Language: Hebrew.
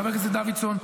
חבר הכנסת דוידסון,